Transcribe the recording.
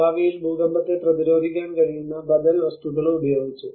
ഭാവിയിൽ ഭൂകമ്പത്തെ പ്രതിരോധിക്കാൻ കഴിയുന്ന ബദൽ വസ്തുക്കളും ഉപയോഗിച്ചു